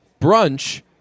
Brunch